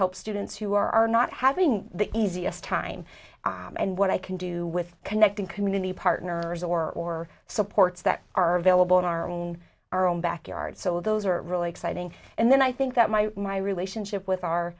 help students who are not having the easiest time and what i can do with connecting community partners or supports that are available in our own our own backyard so those are really exciting and then i think that my my relationship with our